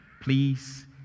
please